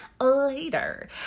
later